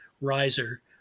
riser